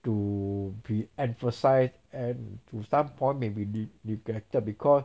to be emphasized and to some point maybe ne~ neglected because